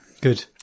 good